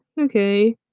Okay